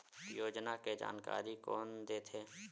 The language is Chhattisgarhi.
योजना के जानकारी कोन दे थे?